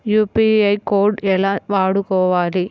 UPI code ఎలా వాడుకోవాలి?